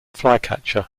flycatcher